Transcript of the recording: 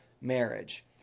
marriage